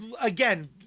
again